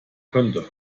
könnte